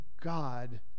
god